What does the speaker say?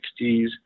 1960s